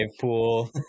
pool